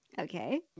Okay